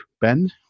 ben